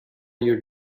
your